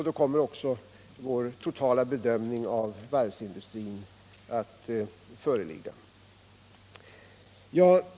Då kommer också vår totala bedömning av varvsindustrin att föreligga.